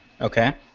Okay